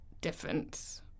difference